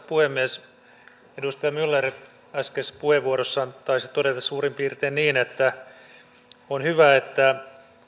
puhemies edustaja myller äskeisessä puheenvuorossa taisi todeta suurin piirtein niin että on hyvä että